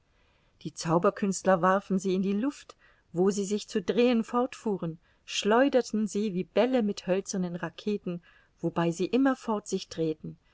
die zauberkünstler warfen sie in die luft wo sie sich zu drehen fortfuhren schleuderten sie wie bälle mit hölzernen raketen wobei sie immerfort sich drehten